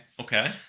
Okay